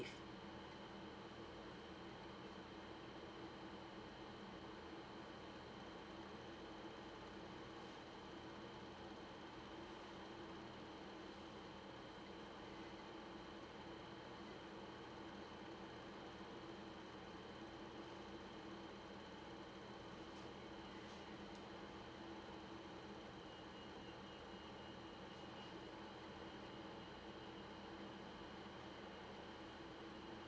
leave